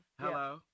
Hello